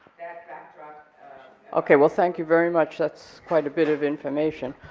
that background okay, well, thank you very much, that's quite a bit of information.